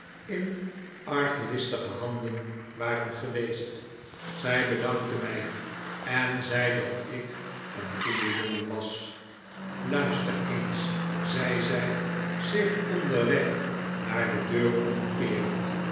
in arglistige handen waren geweest zij bedankte mij en zei dat ik een goedejongen was luister eens zei zij zich onderweg naar de deur omkeerend